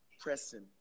pressing